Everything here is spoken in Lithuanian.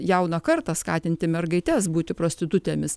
jauną kartą skatinti mergaites būti prostitutėmis